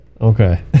Okay